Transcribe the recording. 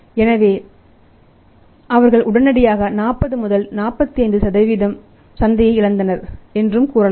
எனவே அவர்கள் உடனடியாக 40 முதல் 45 சந்தை இழந்ததனர் என்றும் கூறலாம்